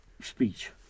speech